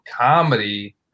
comedy